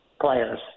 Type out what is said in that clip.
players